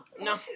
No